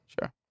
sure